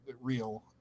real